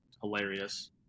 hilarious